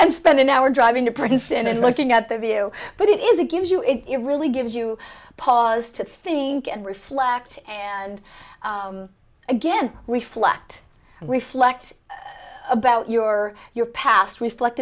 and spend an hour driving to princeton and looking at the view but it is it gives you it it really gives you pause to think and reflect and again reflect and reflect about your your past reflect